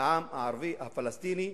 העם הערבי-הפלסטיני,